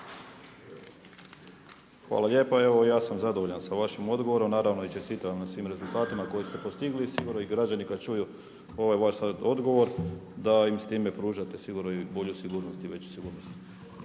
Hvala lijepa. Evo ja sam zadovoljan sa vašim odgovorom, naravno i čestitam vam na svim rezultatima koje ste postigli i sigurno i građani kada čuju ovaj vaš sada odgovor da im s time pružate sigurno i bolju sigurnost i veću sigurnost.